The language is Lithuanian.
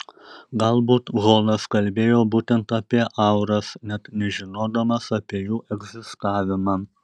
galbūt holas kalbėjo būtent apie auras net nežinodamas apie jų egzistavimą